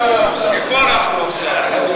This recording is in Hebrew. איפה אנחנו עכשיו?